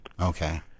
Okay